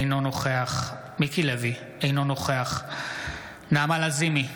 אינו נוכח מיקי לוי, אינו נוכח נעמה לזימי,